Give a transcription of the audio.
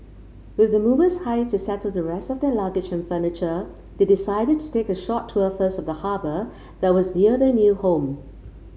with the movers hired to settle the rest of their luggage and furniture they decided to take a short tour first of the harbour that was near their new home